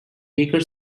baker